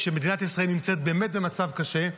כשמדינת ישראל נמצאת באמת במצב קשה,